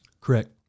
Correct